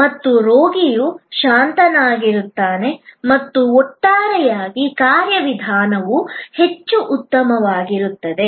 ಮತ್ತು ರೋಗಿಯು ಶಾಂತನಾಗಿರುತ್ತಾನೆ ಮತ್ತು ಒಟ್ಟಾರೆಯಾಗಿ ಕಾರ್ಯವಿಧಾನವು ಹೆಚ್ಚು ಉತ್ತಮವಾಗಿರುತ್ತದೆ